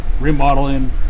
remodeling